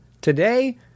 Today